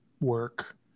work